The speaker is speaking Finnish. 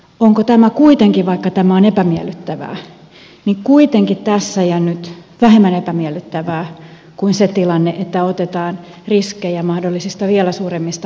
onko tämä kuitenkin vaikka tämä on epämiellyttävää tässä ja nyt vähemmän epämiellyttävää kuin se tilanne että otetaan riskejä mahdollisista vielä suuremmista markkinahäiriöistä